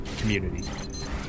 community